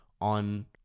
on